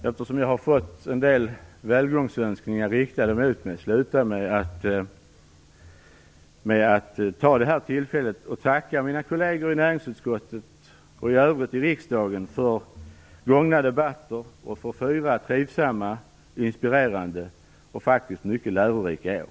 Eftersom jag har fått en del välgångsönskningar skall jag ta detta tillfälle att tacka mina kolleger i näringsutskottet och i riksdagen i övrigt för gångna debatter och för fyra trivsamma, inspirerande och faktiskt mycket lärorika år.